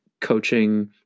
coaching